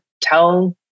tell